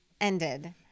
Ended